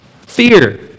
Fear